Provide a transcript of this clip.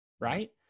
right